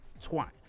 twice